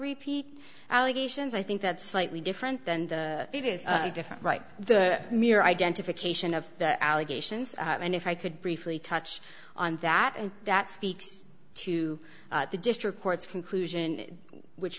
repeat allegations i think that's slightly different than the it is different right the mere identification of the allegations and if i could briefly touch on that and that speaks to the district court's conclusion which